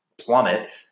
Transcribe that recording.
plummet